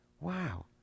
wow